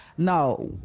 Now